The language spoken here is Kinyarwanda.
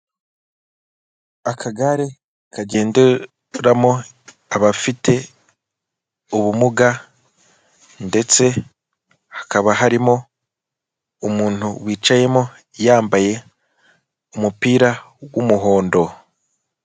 Akagare kagenderamo abafite ubumuga ndetse hakaba harimo umuntu wicayemo yambaye umupira wumuhondo.